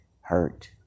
hurt